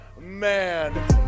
man